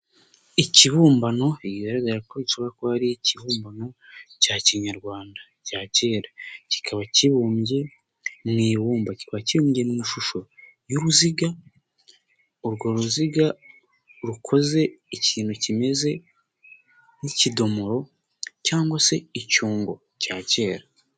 Ikibumbano bigaragara ko bishoboka ko ari ikibumbano cya kinyarwanda cya kera, kikaba kibumbye mu ibumba, kikaba kibumbye mu ishusho y'uruziga, urwo ruziga rukoze ikintu kimeze nk'ikidomoro cyangwa se icyungo cya kera.